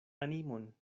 animon